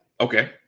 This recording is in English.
Okay